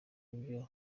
ibyo